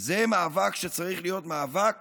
זה מאבק שצריך להיות מאבק